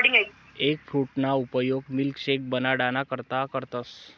एगफ्रूटना उपयोग मिल्कशेक बनाडाना करता करतस